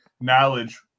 knowledge